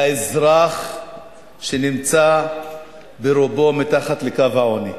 האזרח שנמצא ברובו מתחת לקו העוני,